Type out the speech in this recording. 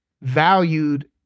valued